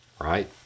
right